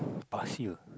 past year